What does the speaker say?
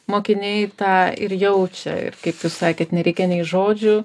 mokiniai tą ir jaučia ir kaip jūs sakėt nereikia nei žodžių